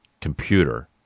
computer